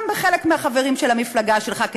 גם בחלק מחברי המפלגה שלך,